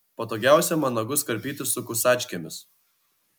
patogiausia man nagus karpyti su kusačkėmis